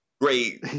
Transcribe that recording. great